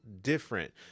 different